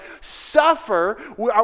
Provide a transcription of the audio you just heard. suffer